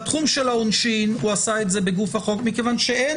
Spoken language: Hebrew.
בתחום של העונשין עשה זאת בגוף החוק כי אין